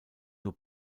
nur